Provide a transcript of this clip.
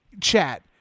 Chat